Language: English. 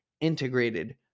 integrated